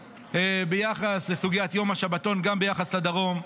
ביחס לסוגיית יום השבתון גם ביחס לדרום,